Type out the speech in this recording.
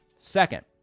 Second